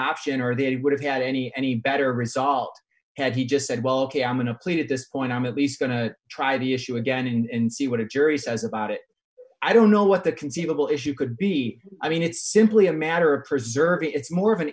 option or they would have had any any better result had he just said well ok i'm going to plead at this point i'm at least going to try the issue again and see what a jury says about it i don't know what the conceivable issue could be i mean it's simply a matter of preserving it's more of an